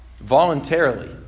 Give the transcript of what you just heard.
voluntarily